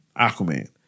Aquaman